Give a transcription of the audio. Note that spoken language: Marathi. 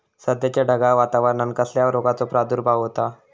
सध्याच्या ढगाळ वातावरणान कसल्या रोगाचो प्रादुर्भाव होता?